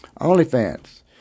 OnlyFans